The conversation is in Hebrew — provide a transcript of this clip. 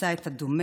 ונמצא את הדומה